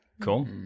Cool